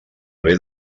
haver